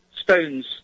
stones